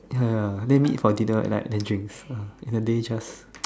ya ya then meet for dinner at like then drinks the day just